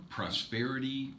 Prosperity